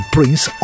Prince